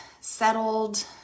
settled